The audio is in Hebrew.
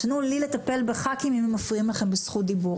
תנו לי לטפל בח"כים אם הם מפריעים לכם בזכות דיבור.